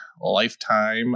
Lifetime